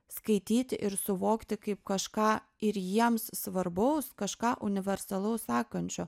skaityti ir suvokti kaip kažką ir jiems svarbaus kažką universalaus sakančio